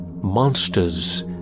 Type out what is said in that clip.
monsters